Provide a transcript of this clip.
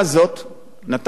למגזר הערבי,